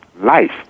Life